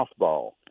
softball